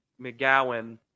McGowan